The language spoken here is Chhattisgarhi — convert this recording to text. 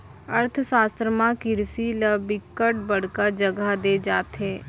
अर्थसास्त्र म किरसी ल बिकट बड़का जघा दे जाथे